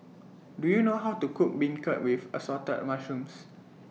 Do YOU know How to Cook Beancurd with Assorted Mushrooms